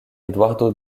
eduardo